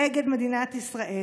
נגד מדינת ישראל?